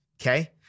okay